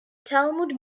talmud